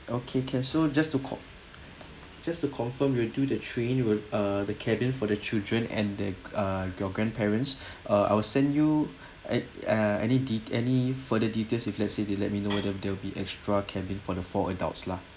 okay can so just to con~ just to confirm we'll do the train will uh the cabin for their children and the uh your grandparents err I will send you a~ ah any detai~ any further details if let's say they let me know whether they'll be extra cabin for the four adults lah